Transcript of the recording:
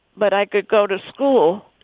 but i could go to school.